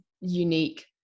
unique